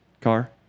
car